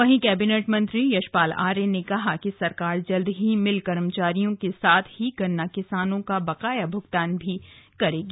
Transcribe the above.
वहीं कैबिनेट मंत्री यशपाल आर्य ने कहा कि सरकार जल्द ही मिल कर्मचारियों के साथ ही गन्ना किसानों के बकाया भुगतान भी करेगी